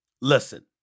Listen